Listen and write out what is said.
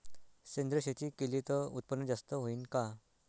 सेंद्रिय शेती केली त उत्पन्न जास्त होईन का?